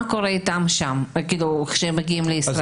מה קורה איתם כשהם מגיעים לישראל?